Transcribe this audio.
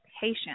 patient